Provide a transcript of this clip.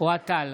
אוהד טל,